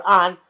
on